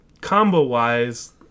combo-wise